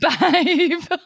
babe